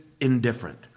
indifferent